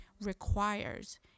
requires